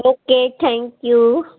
okay thank you